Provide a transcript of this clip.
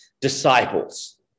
disciples